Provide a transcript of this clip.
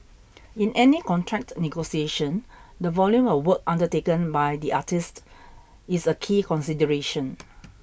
in any contract negotiation the volume of work undertaken by the artiste is a key consideration